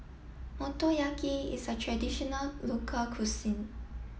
Motoyaki is a traditional local cuisine